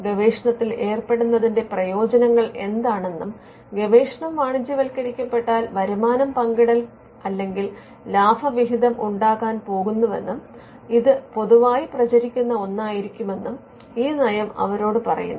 ഗവേഷണത്തിൽ ഏർപ്പെടുന്നതിന്റെ പ്രയോജനങ്ങൾ എന്താണെന്നും ഗവേഷണം വാണിജ്യവത്ക്കരിക്കപ്പെട്ടാൽ വരുമാനം പങ്കിടൽ അല്ലെങ്കിൽ ലാഭവിഹിതം ഉണ്ടാകാൻ പോകുന്നുവെന്നും ഇത് പൊതുവായി പ്രചരിക്കുന്ന ഒന്നായിരിക്കുമെന്നും ഈ നയം അവരോട് പറയുന്നു